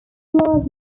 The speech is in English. glass